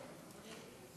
בבקשה.